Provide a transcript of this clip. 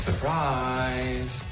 Surprise